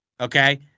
Okay